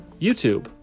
YouTube